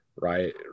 Right